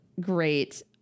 great